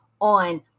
on